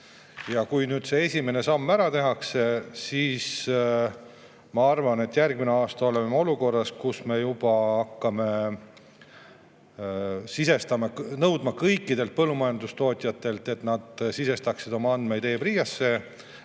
Kui nüüd see esimene samm ära tehakse, siis ma arvan, et järgmine aasta oleme olukorras, kus juba hakatakse nõudma kõikidelt põllumajandustootjatelt, et nad sisestaksid oma andmeid e-PRIA-sse